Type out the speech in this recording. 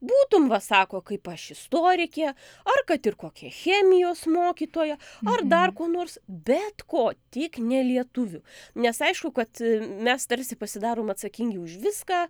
būtum va sako kaip aš istorikė ar kad ir kokia chemijos mokytoja ar dar ko nors bet ko tik ne lietuvių nes aišku kad mes tarsi pasidarom atsakingi už viską